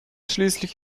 schließlich